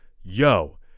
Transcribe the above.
Yo